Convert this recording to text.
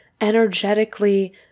energetically